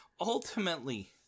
ultimately